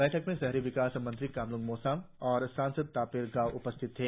बैठक में शहरी विकास मंत्री कमलूंग मोसांग और सांसद तापिर गाव उपस्थित थे